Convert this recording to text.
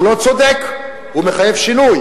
הוא לא צודק והוא מחייב שינוי,